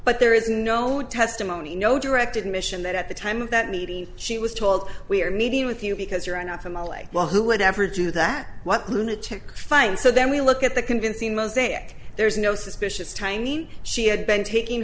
but there is no testimony no direct admission that at the time of that meeting she was told we are meeting with you because you're an optimal a well who would ever do that what lunatic find so then we look at the convincing mosaic there's no suspicious tiny she had been taking